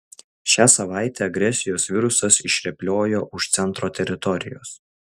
šią savaitę agresijos virusas išrėpliojo už centro teritorijos